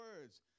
words